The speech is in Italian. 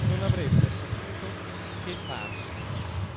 non avrebbe saputo che farsi